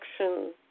action